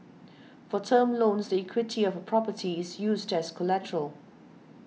for term loans the equity of a property is used as collateral